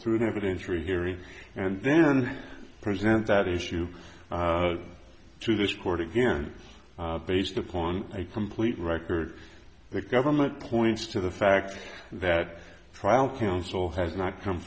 through the evidence rehearing and then present that issue to this court again based upon a complete record the government points to the fact that trial counsel has not come